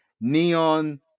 Neon